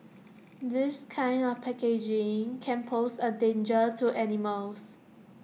this kind of packaging can pose A danger to animals